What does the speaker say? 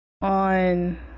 on